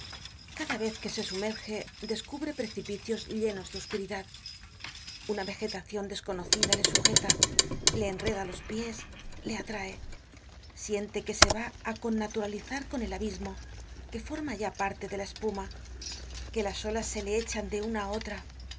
cada vez que se sumerge descubre precipicios llenos de oscuridad una vegetacion desconocida le sujeta le enreda los pies le atrae siente que se va á connaturalizar con el abismo que forma ya parte de la espuma que las olas se le echan de una á otra bebe